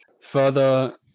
Further